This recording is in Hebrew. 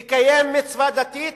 לקיים מצווה דתית,